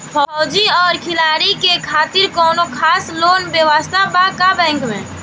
फौजी और खिलाड़ी के खातिर कौनो खास लोन व्यवस्था बा का बैंक में?